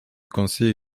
conseil